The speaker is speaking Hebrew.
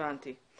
הבנתי.